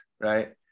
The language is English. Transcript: right